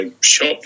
shop